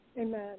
Amen